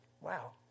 wow